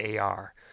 AR